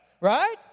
Right